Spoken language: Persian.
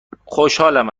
خوشحالم